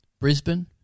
Brisbane